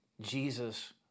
Jesus